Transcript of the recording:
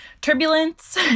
turbulence